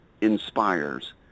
Inspires